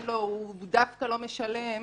הוא דווקא לא משלם,